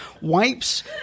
wipes